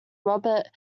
robert